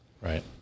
right